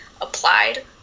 applied